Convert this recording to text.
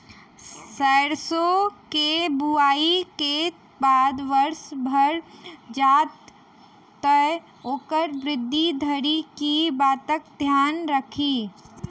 सैरसो केँ बुआई केँ बाद वर्षा भऽ जाय तऽ ओकर वृद्धि धरि की बातक ध्यान राखि?